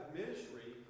ministry